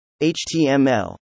HTML